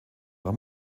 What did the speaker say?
war